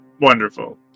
Wonderful